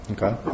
Okay